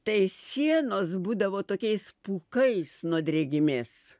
tai sienos būdavo tokiais pūkais nuo drėgmės